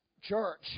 church